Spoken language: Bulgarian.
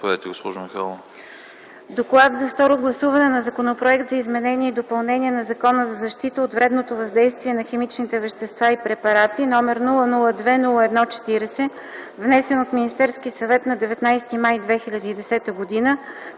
Доклад за второ гласуване на Законопроект за изменение и допълнение на Закона за защита от вредното въздействие на химичните вещества и препарати, № 002-01-40, внесен от Министерския съвет на 19 май 2010 г.,